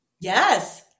Yes